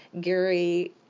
Gary